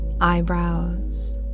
eyebrows